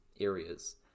areas